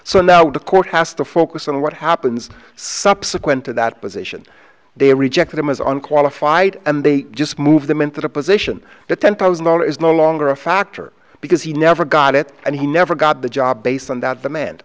so now the court has to focus on what happens subsequent to that position they rejected him as unqualified and they just move them into the position that ten thousand dollars is no longer a factor because he never got it and he never got the job based on that demand